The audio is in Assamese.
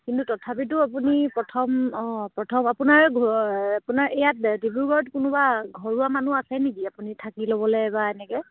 কিন্তু তথাপিতো আপুনি প্ৰথম অঁ প্ৰথম আপোনাৰ আপোনাৰ ইয়াত ডিব্ৰুগড়ত কোনোবা ঘৰুৱা মানুহ আছে নেকি আপুনি থাকি ল'বলে বা এনেকে